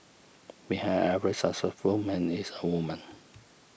behind every successful man is a woman